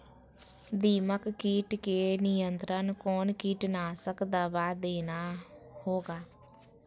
दीमक किट के नियंत्रण कौन कीटनाशक दवा देना होगा?